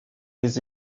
les